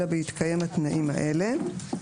אלא בהתקיים התנאים האלה: